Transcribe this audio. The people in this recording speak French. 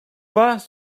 pas